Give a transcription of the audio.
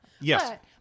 yes